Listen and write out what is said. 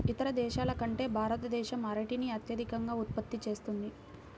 ఇతర దేశాల కంటే భారతదేశం అరటిని అత్యధికంగా ఉత్పత్తి చేస్తుంది